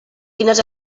quines